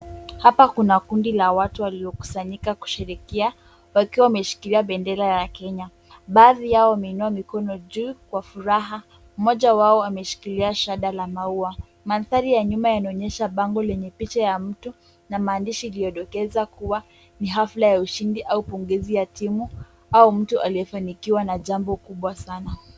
Hapa kuna kundi la watu waliokusanyika kusherehekea, wakiwa wameshikilia bendera ya Kenya. Baadhi yao wameinua mikono juu kwa furaha, mmoja wao ameshikilia shada la maua. Mandhari ya nyuma inaonyesha bango lenye picha ya mtu na maandishi iliodokeza kuwa ni hafla ya ushindi au punguzi ya timu, au mtu aliyefanikiwa na jambo kubwa sana.